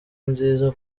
nziza